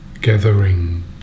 gathering